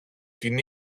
την